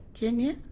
kenye,